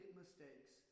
mistakes